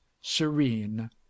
serene